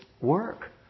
work